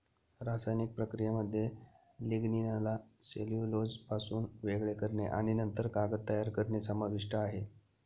रासायनिक प्रक्रियेमध्ये लिग्निनला सेल्युलोजपासून वेगळे करणे आणि नंतर कागद तयार करणे समाविष्ट आहे